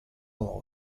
law